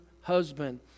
husband